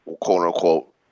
quote-unquote